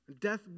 Death